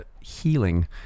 healing